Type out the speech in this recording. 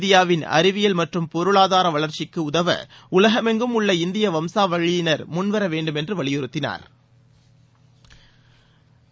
இந்தியாவின் அறிவியல் மற்றும் பொருளாதார வளர்ச்சிக்கு உதவ உலகமெங்கும் உள்ள இந்திய வம்சா வழியினா் முன்வர வேண்டும் என்று வலியுறுத்தியுள்ளாா்